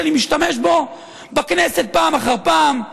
שאני משתמש בו בכנסת פעם אחר פעם.